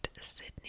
Sydney